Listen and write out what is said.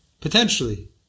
potentially